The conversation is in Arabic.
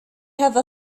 هذا